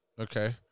Okay